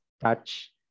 touch